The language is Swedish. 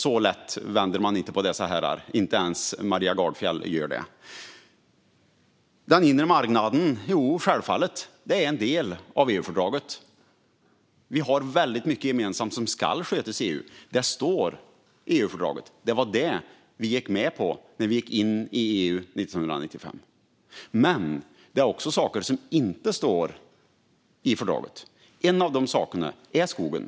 Så lätt får man inte dessa herrar att ändra sig. Det kan inte ens Maria Gardfjell. Självfallet är den inre marknaden en del av EU-fördraget. Vi har mycket gemensamt som ska skötas i EU. Det står i fördraget, och det var detta vi gick med på när vi gick med i EU 1995. Men det finns också saker som inte står i fördraget, och en av dessa saker är skogen.